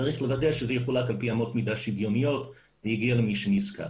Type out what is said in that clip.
צריך לוודא שזה יחולק על פי אמות מידה שוויוניות ויגיע למי שנזקק.